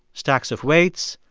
stacks of weights,